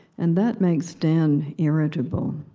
and that makes stan irritable.